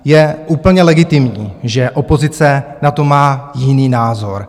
Je úplně legitimní, že opozice na to má jiný názor.